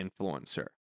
influencer